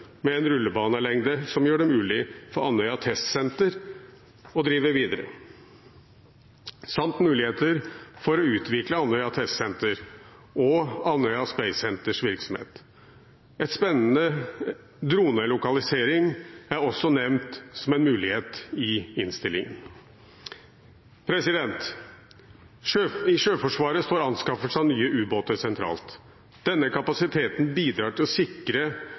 med en rullebanelengde som gjør det mulig for Andøya Test Center å drive videre, samt muligheter for å utvikle Andøya Test Center og Andøya Space Centers virksomhet. En spennende dronelokalisering er også nevnt som en mulighet i innstillingen. I Sjøforsvaret står anskaffelse av nye ubåter sentralt. Denne kapasiteten bidrar til å sikre